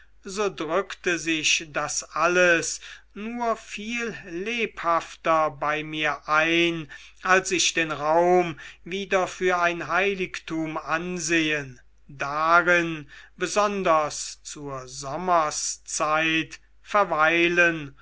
so drückte sich das alles nur viel lebhafter bei mir ein als ich den raum wieder für ein heiligtum ansehen darin besonders zur sommerszeit verweilen